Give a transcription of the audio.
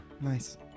nice